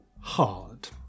hard